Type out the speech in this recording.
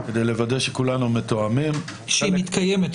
כדי לוודא שכולנו מתואמים -- שהיא מתקיימת,